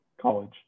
college